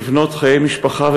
לבנות בתים וחיי משפחה,